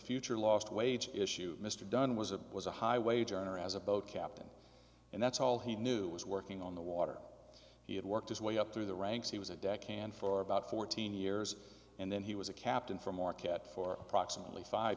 future last wage issue mr dunn was a was a high wage earner as a boat captain and that's all he knew was working on the water he had worked his way up through the ranks he was a deck hand for about fourteen years and then he was a captain for market for approximately five